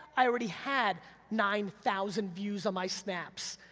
i already had nine thousand views on my snaps,